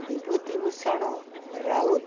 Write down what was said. Bibhutibhushan Raut